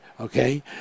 Okay